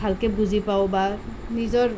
ভালকৈ বুজি পাওঁ বা নিজৰ